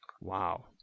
Wow